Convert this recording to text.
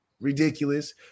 ridiculous